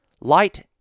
Light